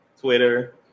Twitter